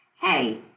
hey